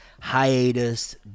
hiatus